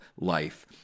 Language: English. life